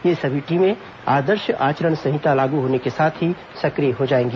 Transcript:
ये सभी टीमें आदर्श आचरण संहिता लागू होते ही सक्रिय हो जाएगी